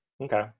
okay